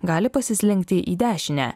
gali pasislinkti į dešinę